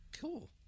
Cool